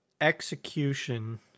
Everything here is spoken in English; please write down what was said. Execution